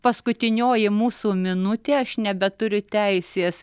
paskutinioji mūsų minutė aš nebeturiu teisės